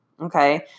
Okay